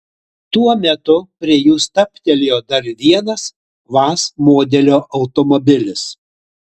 tuo metu prie jų stabtelėjo dar vienas vaz modelio automobilis